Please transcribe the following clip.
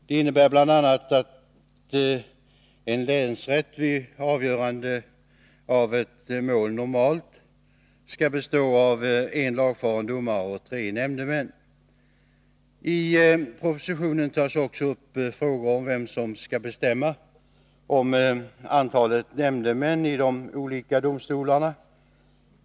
Det innebär bl.a. att en länsrätt vid avgörande av ett mål normalt skall bestå av en lagfaren domare och tre nämndemän. I propositionen tas också upp frågor om vem som skall bestämma antalet nämndemän i de olika domstolarna.